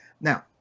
Now